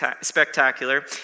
spectacular